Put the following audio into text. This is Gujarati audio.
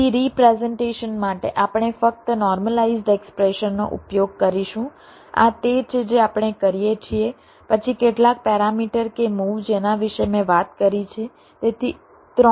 તેથી રિપ્રેઝન્ટેશન માટે આપણે ફક્ત નોર્મલાઇઝ્ડ એક્સપ્રેશનનો ઉપયોગ કરીશું આ તે છે જે આપણે કરીએ છીએ પછી કેટલાક પેરામીટર કે મૂવ જેના વિશે મેં વાત કરી છે